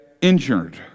injured